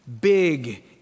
big